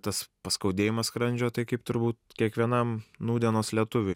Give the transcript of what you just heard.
tas paskaudėjimas skrandžio tai kaip turbūt kiekvienam nūdienos lietuviui